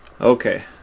okay